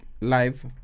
live